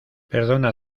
perdona